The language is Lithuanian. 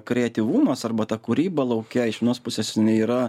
kreativumas arba ta kūryba lauke iš vienos pusės yra